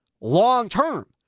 long-term